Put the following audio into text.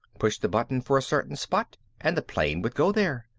push the button for a certain spot and the plane would go there!